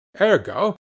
ergo